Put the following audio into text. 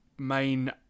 main